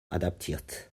adaptiert